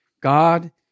God